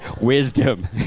Wisdom